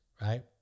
right